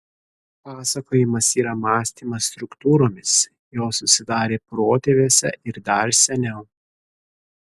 pasakojimas yra mąstymas struktūromis jos susidarė protėviuose ir dar seniau